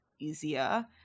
easier